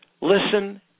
listen